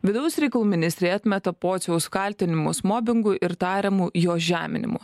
vidaus reikalų ministrė atmeta pociaus kaltinimus mobingu ir tariamu jo žeminimu